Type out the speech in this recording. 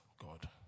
God